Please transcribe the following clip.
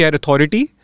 authority